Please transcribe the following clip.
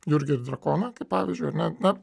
jurgį ir drakoną kaip pavyzdžiui ar ne na